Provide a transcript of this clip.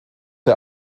der